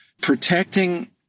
protecting